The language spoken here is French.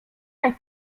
est